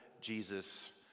Jesus